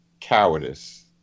cowardice